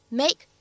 make